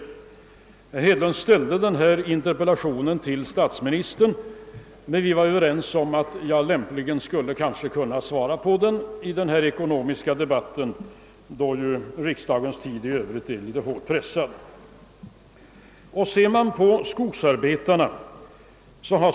Herr Hedlund riktade sin interpellation till statsministern, men vi har varit Ööverens om att jag lämpligen kunde besvara den i samband med dagens ekonomiska debatt, eftersom riksdagens tid i övrigt är hårt pressad.